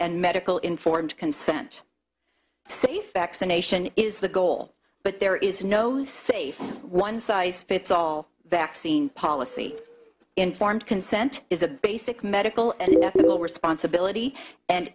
and medical informed consent say facts a nation is the goal but there is no safe one size fits all vaccine policy informed consent is a basic medical and legal responsibility and